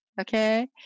Okay